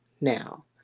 now